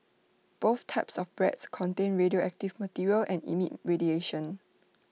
both types of breads contain radioactive material and emit radiation